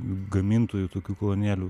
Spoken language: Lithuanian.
gamintojų tokių kolonėlių